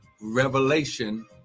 revelation